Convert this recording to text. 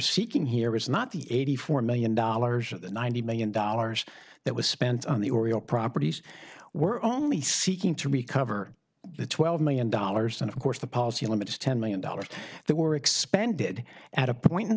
seeking here is not the eighty four million dollars of the ninety million dollars that was spent on the oriel properties we're only seeking to recover the twelve million dollars and of course the policy limits ten million dollars that were expended at a point in